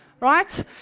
right